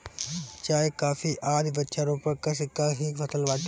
चाय, कॉफी आदि वृक्षारोपण कृषि कअ ही फसल बाटे